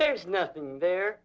there's nothing there